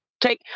take